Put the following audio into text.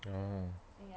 oh